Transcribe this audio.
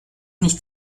nicht